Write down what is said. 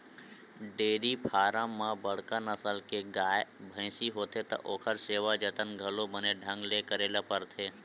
dairy farm म बड़का नसल के गाय, भइसी होथे त ओखर सेवा जतन घलो बने ढंग ले करे ल परथे